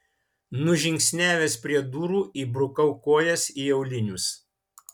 nužingsniavęs prie durų įbrukau kojas į aulinius